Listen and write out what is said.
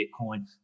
Bitcoin